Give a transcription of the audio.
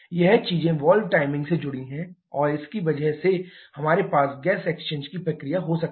यह चीजें valve timing से जुड़ी हैं और उसकी वजह से हमारे पास गैस एक्सचेंज की प्रक्रिया हो सकती है